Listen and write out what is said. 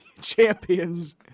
Champions